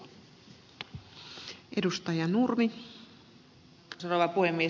arvoisa rouva puhemies